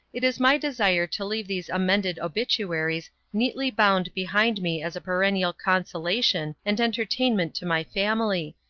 it is my desire to leave these amended obituaries neatly bound behind me as a perennial consolation and entertainment to my family,